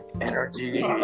energy